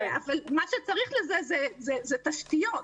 אבל זה מצריך תשתיות.